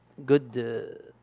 good